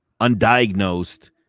undiagnosed